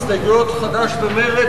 הסתייגויות חד"ש ומרצ,